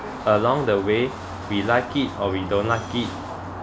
along the way we like it or we don't like it